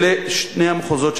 אלה שני המחוזות.